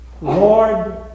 Lord